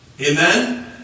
Amen